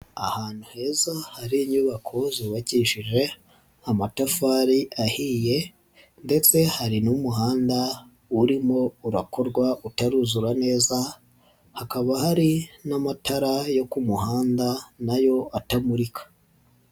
Ahantu heza hari inyubako zubakishije amatafari ahiye ndetse hari n'umuhanda urimo urakorwa utaruzura neza hakaba hari n'amatara yo ku muhanda na yo atamurika.